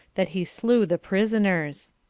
that he slew the prisoners.